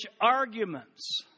arguments